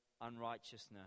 unrighteousness